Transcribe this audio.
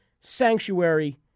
sanctuary